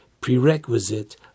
prerequisite